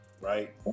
right